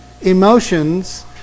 emotions